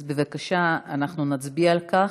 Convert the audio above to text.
אז בבקשה, אנחנו נצביע על כך,